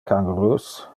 kangurus